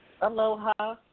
Aloha